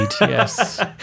yes